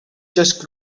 just